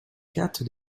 quatre